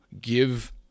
give